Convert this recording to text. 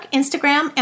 instagram